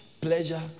pleasure